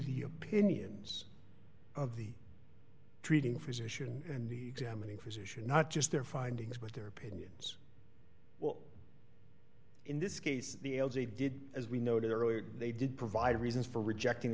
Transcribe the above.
the opinions of the treating physician and the examining physician not just their findings but their opinions well in this case the as they did as we noted earlier they did provide reasons for rejecting